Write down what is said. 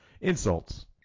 insults